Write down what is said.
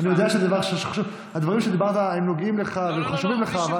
אני יודע שהדברים שדיברת הם נוגעים לך וחשובים לך.